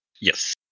Yes